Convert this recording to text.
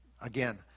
again